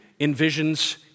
envisions